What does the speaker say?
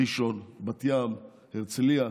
ראשון, בת ים, הרצליה.